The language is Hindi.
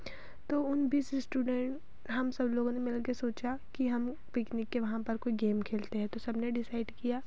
तो उन बीस इस्टूडेंट हम सब लोगों ने मिल कर सोचा कि हम पिकनिक के वहाँ पर कोई गेम खेलते हैं तो सब ने डिसाइड किया